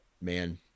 man